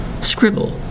Scribble